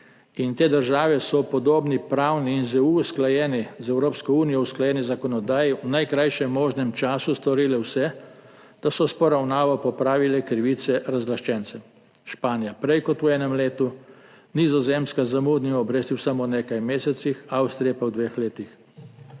in te države so v podobni pravni in z Evropsko unijo usklajeni zakonodaji v najkrajšem možnem času storile vse, da so s poravnavo popravile krivice razlaščencem, Španija prej kot v enem letu, Nizozemska z zamudnimi obrestmi v samo nekaj mesecih, Avstrija pa v dveh letih.